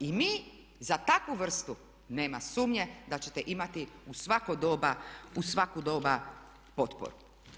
I mi za takvu vrstu nema sumnje da ćete imati u svako doba, u svako doba potporu.